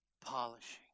polishing